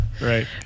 right